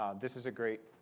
um this is a great